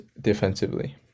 defensively